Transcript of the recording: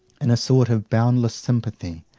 in a sort of boundless sympathy.